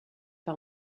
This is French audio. par